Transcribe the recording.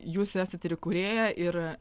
jūs esat ir kūrėja ir